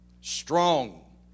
strong